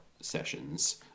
sessions